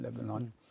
Lebanon